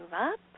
up